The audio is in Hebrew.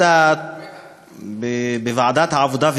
בוועדת העבודה,